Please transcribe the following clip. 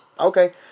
Okay